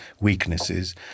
weaknesses